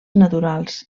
naturals